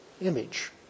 image